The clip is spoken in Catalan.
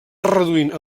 reduint